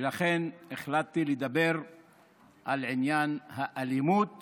ולכן החלטתי לדבר על עניין האלימות